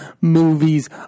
movies